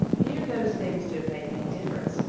here those things don't make any difference,